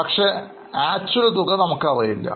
പക്ഷേ Actual തുക നമുക്ക് അറിയില്ല